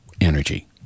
energy